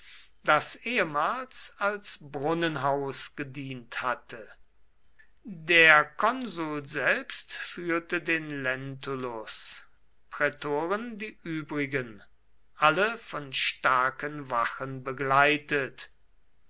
das ehemals als brunnenhaus gedient hatte der konsul selbst führte den lentulus prätoren die übrigen alle von starken wachen begleitet